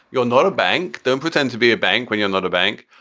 you're not a bank, then pretend to be a bank when you're not a bank?